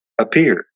appeared